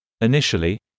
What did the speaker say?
Initially